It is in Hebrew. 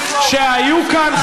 שלכם, שהיו כאן.